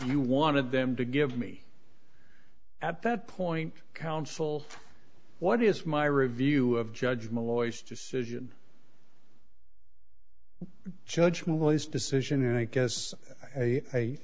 you wanted them to give me at that point counsel what is my review of judgment loyce decision judgment willy's decision and i guess i